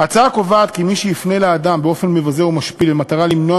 ההצעה קובעת כי מי שיפנה לאדם באופן מבזה ומשפיל במטרה למנוע